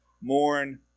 mourn